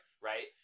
Right